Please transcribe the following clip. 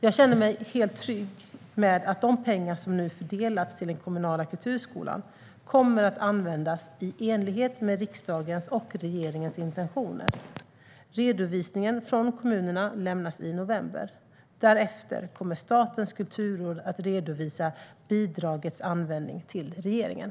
Jag känner mig helt trygg med att de pengar som nu fördelats till den kommunala kulturskolan kommer att användas i enlighet med riksdagens och regeringens intentioner. Redovisningen från kommunerna lämnas i november. Därefter kommer Statens kulturråd att redovisa bidragets användning till regeringen.